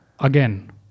Again